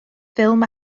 ffilm